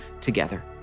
together